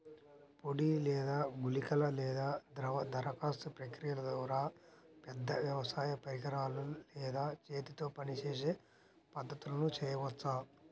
పొడి లేదా గుళికల లేదా ద్రవ దరఖాస్తు ప్రక్రియల ద్వారా, పెద్ద వ్యవసాయ పరికరాలు లేదా చేతితో పనిచేసే పద్ధతులను చేయవచ్చా?